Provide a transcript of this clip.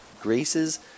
graces